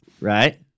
Right